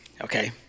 okay